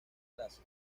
clases